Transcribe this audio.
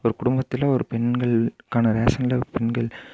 ஒரு குடும்பத்தில் ஒரு பெண்களுகான ரேசன் கார்டு பெண்கள்